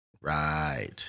Right